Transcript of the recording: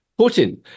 Putin